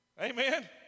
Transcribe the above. amen